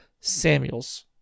Samuels